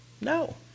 No